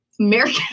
American